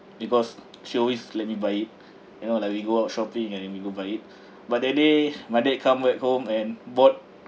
because she always let me buy it you know like we go out shopping and then we go buy it but that day my dad come back home and bought